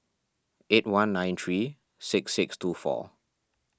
eight one nine three six six two four